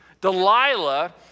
Delilah